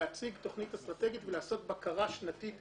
להציג תוכנית אסטרטגית ולעשות בקרה שנתית